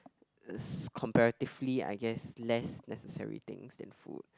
comparatively I guess less necessary things than food